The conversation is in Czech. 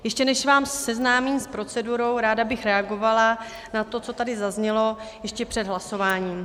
Ještě než vás seznámím s procedurou, ráda bych reagovala na to, co tady zaznělo, ještě před hlasováním.